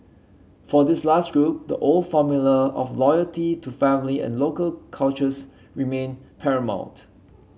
for this last group the old formula of loyalty to family and local cultures remained paramount